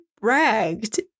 bragged